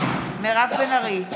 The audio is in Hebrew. מירב בן ארי,